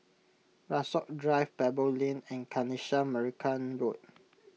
Rasok Drive Pebble Lane and Kanisha Marican Road